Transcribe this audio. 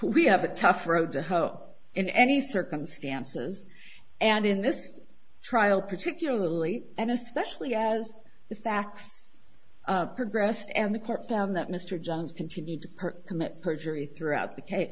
we have a tough row to hoe in any circumstances and in this trial particularly and especially as the facts progressed and the court found that mr jones continued to commit perjury throughout the case